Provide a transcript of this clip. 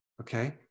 okay